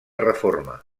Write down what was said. reforma